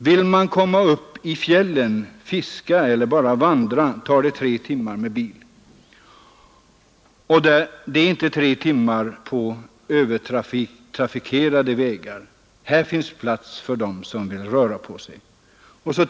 Vill man komma upp i fjällen, fiska eller bara vandra tar det ca 3 timmar med bil. Och det är inte tre timmar på övertrafikerade vägar. Här finns plats för den som vill röra på sig.